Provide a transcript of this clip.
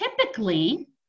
typically